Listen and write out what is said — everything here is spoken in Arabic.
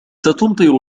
ستمطر